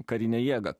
karine jėga